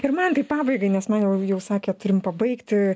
ir mantai pabaigai nes man jau jau sakė turim pabaigti